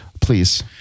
Please